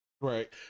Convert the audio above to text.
Right